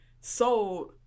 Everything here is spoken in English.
sold